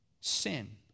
sin